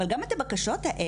אבל גם את הבקשות האלה,